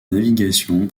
navigation